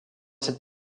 cette